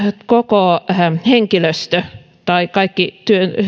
koko henkilöstö tai kaikki